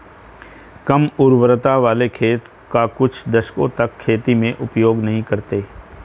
कम उर्वरता वाले खेत का कुछ दशकों तक खेती में उपयोग नहीं करते हैं